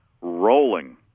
rolling